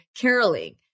caroling